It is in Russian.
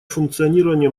функционирование